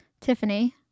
Tiffany